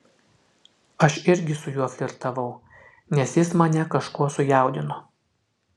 aš irgi su juo flirtavau nes jis mane kažkuo sujaudino